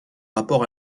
rapport